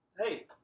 hey